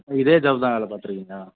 இதே ஜாப் தான் வேலை பார்த்திருக்கீங்களா